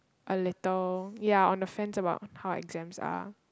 a little ya on the fence about how exams are